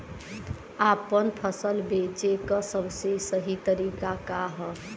आपन फसल बेचे क सबसे सही तरीका का ह?